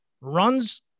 runs